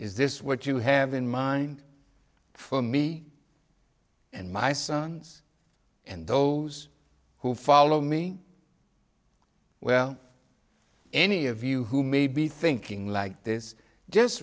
is this what you have in mind for me and my sons and those who follow me well any of you who may be thinking like this just